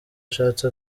ashatse